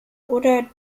oder